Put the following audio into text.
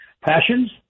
Passions